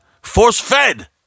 Force-fed